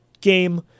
game